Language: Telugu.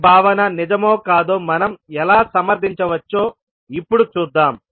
ఈ భావన నిజమో కాదో మనం ఎలా సమర్థించవచ్చో ఇప్పుడు చూద్దాం